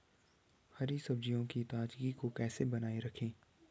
हरी सब्जियों की ताजगी को कैसे बनाये रखें?